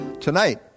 tonight